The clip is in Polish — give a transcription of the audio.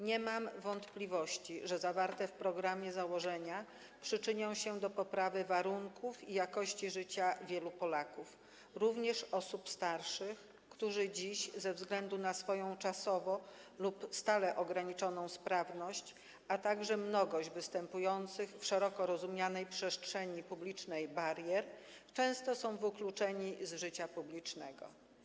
Nie mam wątpliwości, że zawarte w programie założenia przyczynią się do poprawy warunków i jakości życia wielu Polaków, również osób starszych, które dziś ze względu na swoją czasowo lub stale ograniczoną sprawność, a także mnogość występujących w szeroko rozumianej przestrzeni publicznej barier często są wykluczane z życia publicznego.